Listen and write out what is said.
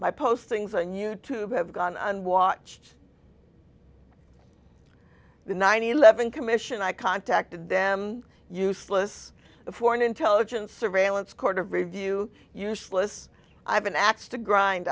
my postings on youtube have gone on watch the nine eleven commission i contacted them useless the foreign intelligence surveillance court of review useless i have an axe to grind